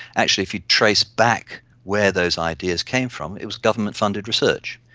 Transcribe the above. actually if you trace back where those ideas came from, it was government funded research.